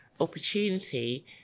opportunity